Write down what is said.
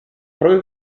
proprio